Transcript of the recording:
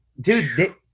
Dude